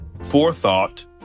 forethought